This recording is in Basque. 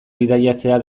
bidaiatzea